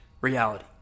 reality